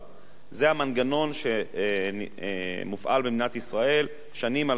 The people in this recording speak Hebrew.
זה המנגנון שמופעל במדינת ישראל שנים על גבי שנים,